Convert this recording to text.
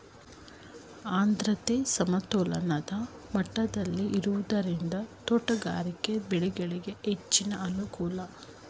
ಆದ್ರತೆ ಸಮತೋಲನ ಮಟ್ಟದಲ್ಲಿ ಇರುವುದರಿಂದ ತೋಟಗಾರಿಕೆ ಬೆಳೆಗಳಿಗೆ ಹೆಚ್ಚು ಅನುಕೂಲ